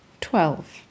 Twelve